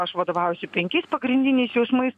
aš vadovaujuosi penkiais pagrindiniais jausmais